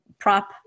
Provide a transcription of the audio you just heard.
prop